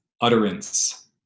utterance